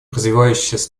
развивающиеся